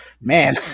man